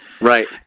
Right